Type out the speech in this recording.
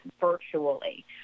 virtually